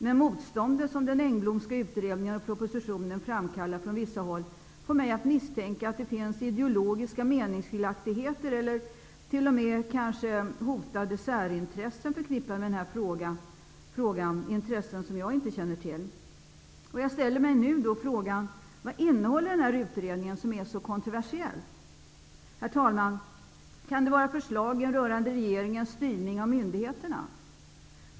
Men det motstånd från vissa håll som den Engblomska utredningen och propositionen framkallar får mig att misstänka att det finns ideologiska meningsskiljaktigheter eller t.o.m. kanske hotade särintressen förknippade med den här frågan -- intressen som jag inte känner till. Jag ställer mig nu frågan: Vad är det som är så kontroversiellt i denna utredning? Herr talman! Kan det vara förslagen rörande regeringens styrning av myndigheterna?